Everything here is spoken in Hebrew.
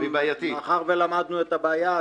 ומאחר שלמדנו את הבעיה,